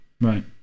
right